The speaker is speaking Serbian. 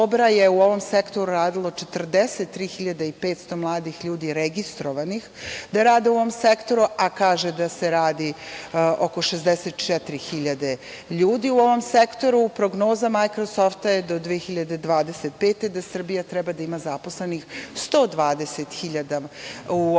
u ovom sektoru radilo 43.500 mladih ljudi registrovanih da rade u ovom sektoru, a kažu da se radi oko 64.000 ljudi u ovom sektoru. Prognoza „Majkrosofta“ do 2025. godine je da Srbija treba da ima zaposlenih 120.000 u ovom